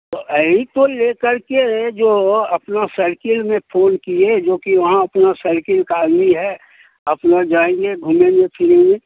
तो यही तो ये करके जो अपना सर्किल में फ़ोन किए जोकि वहाँ अपना सर्किल का आदमी है अपना जाएँगे घूमेंगे फिरेंगे